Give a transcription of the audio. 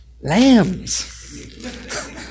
lambs